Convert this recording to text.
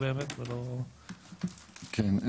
כן,